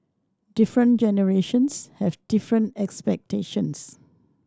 different generations have different expectations